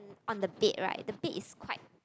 on the bed right the bed is quite